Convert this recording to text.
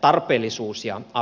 tarpeellisuus ja aukottomuus